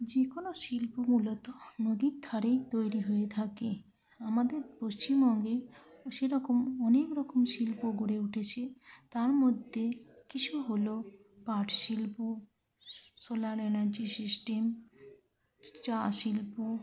যে কোনো শিল্প মূলত নদীর ধারেই তৈরি হয়ে থাকে আমাদের পশ্চিমবঙ্গে সেরকম অনেক রকম শিল্প গড়ে উঠেছে তার মধ্যে কিছু হল পাট শিল্প সোলার এনার্জি সিস্টেম চা শিল্প